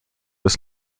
was